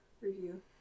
review